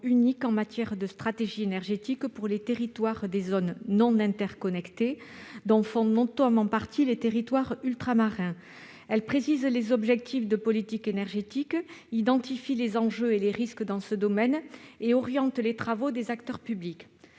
unique en matière de stratégie énergétique pour les territoires des zones non interconnectées, dont font notamment partie les territoires ultramarins. Elle précise les objectifs de politique énergétique, identifie les enjeux et les risques dans ce domaine et oriente les travaux des acteurs publics.